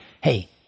hey